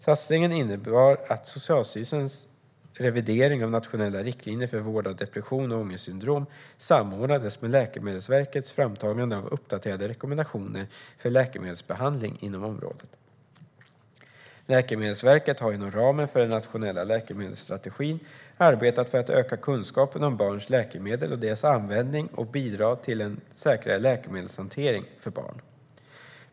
Satsningen innebar att Socialstyrelsens revidering av nationella riktlinjer för vård av depression och ångestsyndrom samordnades med Läkemedelsverkets framtagande av uppdaterade rekommendationer för läkemedelsbehandling inom området. Läkemedelsverket har inom ramen för den nationella läkemedelsstrategin arbetat för att öka kunskapen om barns läkemedel och deras användning och bidra till en säkrare läkemedelshantering för barn.